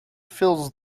fills